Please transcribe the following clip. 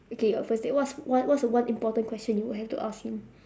okay your first date what's one what's the one important question you have to ask him